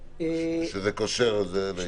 שזה קושר את זה.